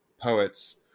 poets